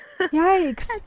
yikes